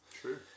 true